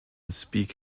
speak